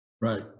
Right